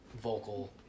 vocal